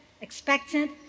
expectant